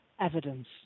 evidence